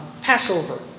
Passover